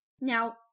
now